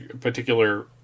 particular